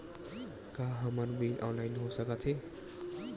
का हमर bill online हो सकत हे?